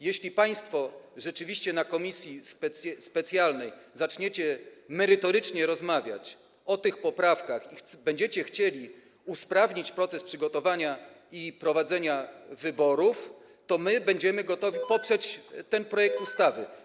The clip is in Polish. Jeśli państwo na posiedzeniu komisji specjalnej rzeczywiście zaczniecie merytorycznie rozmawiać o tych poprawkach i będziecie chcieli usprawnić proces przygotowania i prowadzenia wyborów, to będziemy gotowi poprzeć ten projekt ustawy.